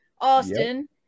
Austin